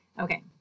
Okay